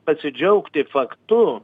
pasidžiaugti faktu